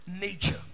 nature